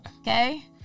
Okay